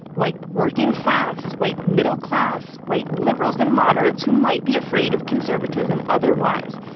white working class, white middle class, white liberals and moderates who might be afraid of conservatism otherwise.